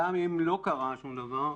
גם אם לא קרה שום דבר,